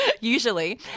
usually